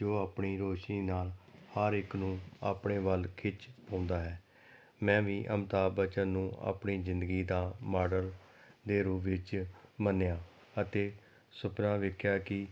ਜੋ ਆਪਣੀ ਰੋਸ਼ਨੀ ਨਾਲ ਹਰ ਇੱਕ ਨੂੰ ਆਪਣੇ ਵੱਲ ਖਿੱਚ ਪਾਉਂਦਾ ਹੈ ਮੈਂ ਵੀ ਅਮਿਤਾਬ ਬੱਚਨ ਨੂੰ ਆਪਣੀ ਜ਼ਿੰਦਗੀ ਦਾ ਮਾਡਲ ਦੇ ਰੂਪ ਵਿੱਚ ਮੰਨਿਆ ਅਤੇ ਸੁਪਨਾ ਵੇਖਿਆ ਕਿ